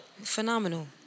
Phenomenal